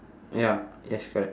ya yes correct